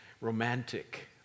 romantic